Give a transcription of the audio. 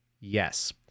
Yes